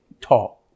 talk